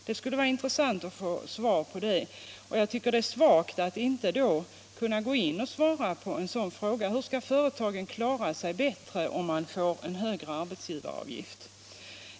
Det skulle vara intressant att få svar på detta. Det är svagt att inte kunna redovisa hur företagen skall kunna klara sig bättre, om de får högre arbetsgivaravgift.